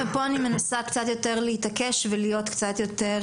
אבל פה אני מנסה קצת להתעקש ולהיות קצת יותר